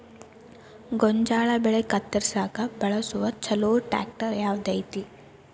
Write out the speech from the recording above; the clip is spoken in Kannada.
ಗೋಂಜಾಳ ಬೆಳೆ ಕತ್ರಸಾಕ್ ಬಳಸುವ ಛಲೋ ಟ್ರ್ಯಾಕ್ಟರ್ ಯಾವ್ದ್ ಐತಿ?